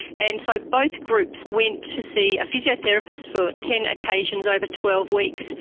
and so both groups went to see a physiotherapist for ten occasions over twelve weeks.